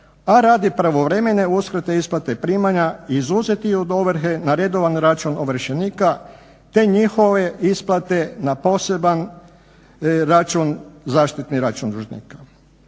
a radi pravovremene uskrate isplate primanja izuzeti od ovrhe na redovan račun ovršenika te njihove isplate na poseban zaštitni račun dužnika.